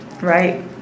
right